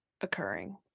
occurring